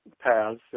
paths